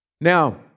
Now